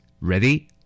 Ready